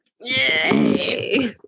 Yay